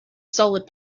solid